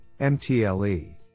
MTLE